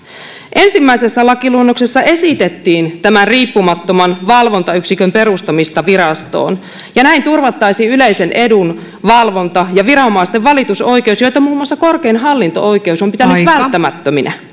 ensimmäisessä lakiluonnoksessa esitettiin tämän riippumattoman valvontayksikön perustamista virastoon ja näin turvattaisiin yleisen edun valvonta ja viranomaisten valitusoikeus joita muun muassa korkein hallinto oikeus on pitänyt välttämättöminä